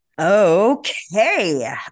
Okay